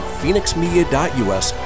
phoenixmedia.us